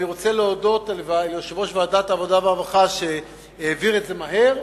אני רוצה להודות ליושב-ראש ועדת העבודה והרווחה שהעביר את זה מהר,